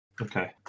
Okay